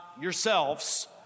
yourselves